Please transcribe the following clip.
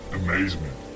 amazement